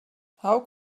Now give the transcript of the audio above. how